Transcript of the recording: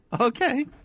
Okay